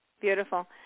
Beautiful